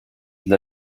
dla